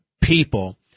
people